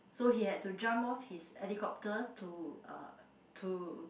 so he had to jump off his helicopter to uh to